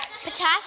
Potassium